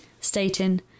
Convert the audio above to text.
stating